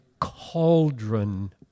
cauldron